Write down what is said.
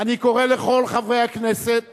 אני קורא לכל חברי הכנסת